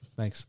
thanks